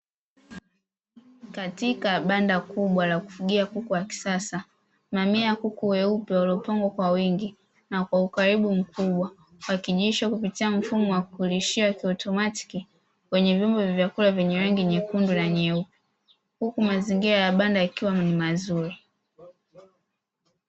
Katika banda kubwa la kufugia kuku wa kisasa, mamia ya kuku weupe waliopangwa kwa wingi na kwa ukaribu mkubwa. Wakilishwa kupitia mfumo wa kulishia kiautomatiki, wenye vyombo vya kula vyenye rangi nyekundu na nyeupe. Huku mazingira ya banda yakiwa mazuri.